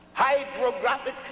hydrographic